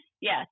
yes